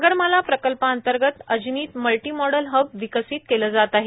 सागरमाला प्रकल्पांतर्गत अजनीत multimodal hub विकसित केले जात आहे